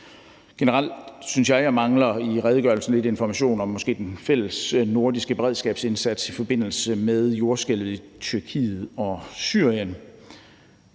Generelt synes jeg, jeg i redegørelsen måske mangler lidt information om den fælles nordiske beredskabsindsats i forbindelse med jordskælvet i Tyrkiet og Syrien.